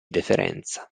deferenza